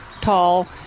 tall